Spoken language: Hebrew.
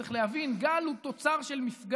צריך להבין, גל הוא תוצר של מפגש